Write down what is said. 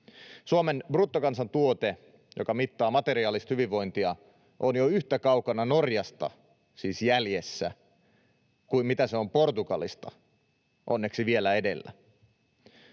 Suomen bruttokansantuote, joka mittaa materiaalista hyvinvointia, on jo yhtä kaukana Norjasta, siis jäljessä, kuin se on Portugalista, onneksi vielä edellä.